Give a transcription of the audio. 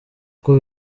uko